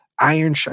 Iron